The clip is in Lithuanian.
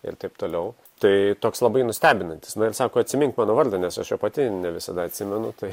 ir taip toliau tai toks labai nustebinantis ir sako atsimink mano vardą nes aš jo pati ne visada atsimenu tai